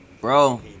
bro